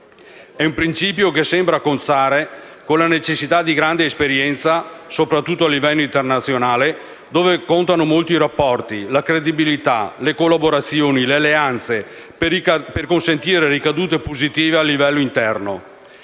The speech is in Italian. È un principio che sembra cozzare con la necessità di grande esperienza, soprattutto a livello internazionale, dove contano molto i rapporti, la credibilità, le collaborazioni, le alleanze per consentire ricadute positive a livello interno.